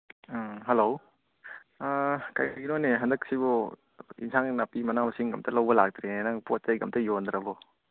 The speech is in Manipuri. ꯑꯥ ꯍꯂꯣ ꯀꯔꯤꯒꯤꯅꯣꯅꯦ ꯍꯟꯗꯛꯁꯤꯕꯨ ꯑꯦꯟꯁꯥꯡ ꯅꯥꯄꯤ ꯃꯁꯥ ꯃꯁꯤꯡꯒ ꯑꯝꯇ ꯂꯧꯕ ꯂꯥꯛꯇ꯭ꯔꯦ ꯅꯪ ꯄꯣꯠ ꯆꯩꯒ ꯑꯝꯇ ꯌꯣꯟꯗ꯭ꯔꯕꯣ